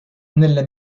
nelle